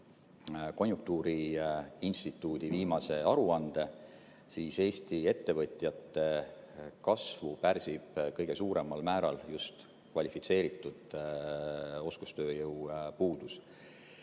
konjunktuuriinstituudi viimase aruande, siis Eesti ettevõtjate kasvu pärsib kõige suuremal määral just kvalifitseeritud oskustööjõu puudus.